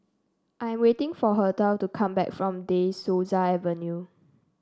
I'm waiting for Hertha to come back from De Souza Avenue